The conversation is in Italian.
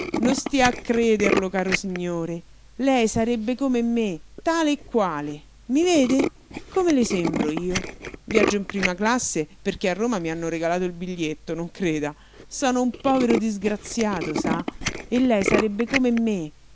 non stia a crederlo caro signore lei sarebbe come me tale e le e i vede come le sembro io viaggio in prima classe perché a roma mi hanno regalato il biglietto non creda sono un povero disgraziato sa e lei sarebbe come me